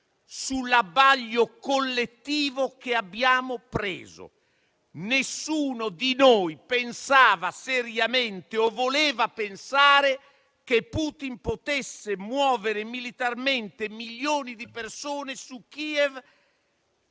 sull'abbaglio collettivo che abbiamo preso. Nessuno di noi pensava seriamente o voleva pensare che Putin potesse muovere militarmente milioni di persone su Kiev,